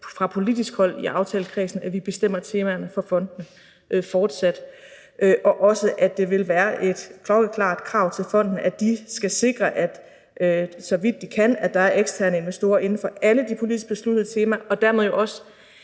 fra politisk hold i aftalekredsen, at vi fortsat bestemmer temaerne for fonden, og også, at det vil være et klokkeklart krav til fonden, at de, så vidt de kan, skal sikre, at der er eksterne investorer inden for alle de politisk besluttede temaer, og dermed også,